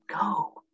go